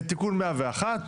תיקון 101,